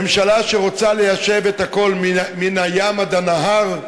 ממשלה שרוצה ליישב את הכול מן הים עד הנהר,